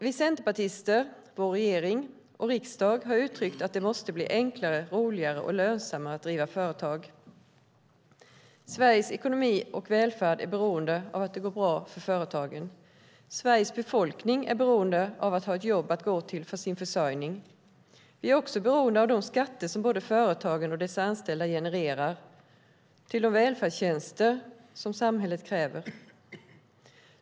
Vi centerpartister, vår regering och riksdag har uttryckt att det måste bli enklare, roligare och lönsammare att driva företag. Sveriges ekonomi och välfärd är beroende av att det går bra för företagen. Sveriges befolkning är beroende av att ha ett jobb att gå till för sin försörjning. Vi är också beroende av de skatter som företagen och deras anställda genererar till de välfärdstjänster som samhället kräver.